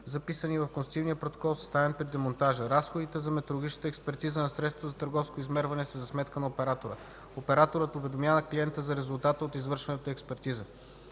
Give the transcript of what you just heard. записани в констативния протокол, съставен при демонтажа. Разходите за метрологична експертиза на средството за търговско измерване са за сметка на оператора. Операторът уведомява клиента за резултата от извършената експертиза.